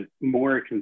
More